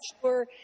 sure